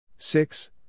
Six